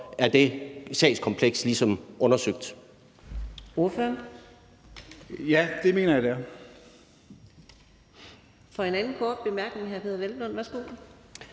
er det sagskompleks ligesom undersøgt?